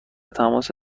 تماس